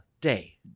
Day